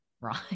right